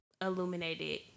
illuminated